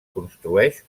construeix